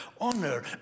honor